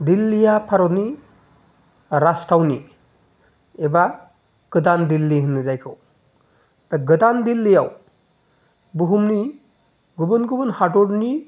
दिल्लीया भारतनि राजथावनि एबा गोदान दिल्ली होनो जायखौ दा गोदान दिल्लीआव बुहुमनि गुबुन गुबुन हादरनि